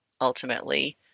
ultimately